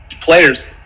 players